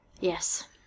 Yes